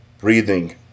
breathing